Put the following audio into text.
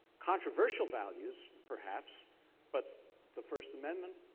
controversial values, perhaps but the first amendment,